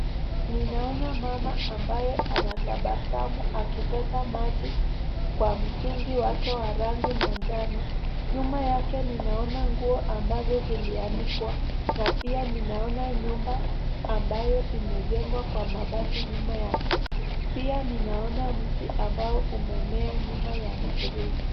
Ninaona mama ambaye anatabasamu akichota maji kwa mtungi wake wa rangi manjano. Nyuma yake ninaona nguo ambazo zilianikwa na pia ninaona nyumba ambayo imejengwa kwa mabati nyuma yake. Pia ninaona mti ambao umemea nyuma ya mferiji.